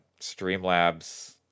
streamlabs